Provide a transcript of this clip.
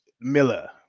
Miller